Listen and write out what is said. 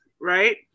right